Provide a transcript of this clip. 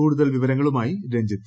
കൂടുതൽ വിവരങ്ങളുമായി രഞ്ജിത്